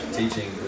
teaching